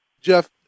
Jeff